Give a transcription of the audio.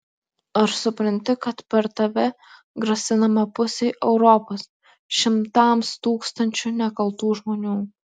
ar supranti kad per tave grasinama pusei europos šimtams tūkstančių nekaltų žmonių